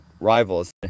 rivals